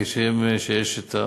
כשם שיש,